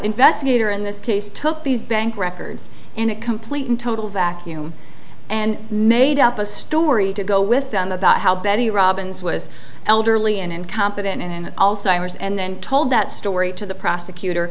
investigator in this case took these bank records in a complete and total vacuum and made up a story to go with them about how betty robins was elderly and incompetent in also hours and then told that story to the prosecutor